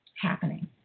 happening